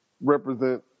represent